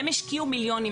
הם השקיעו מיליונים,